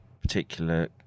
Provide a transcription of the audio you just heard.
particular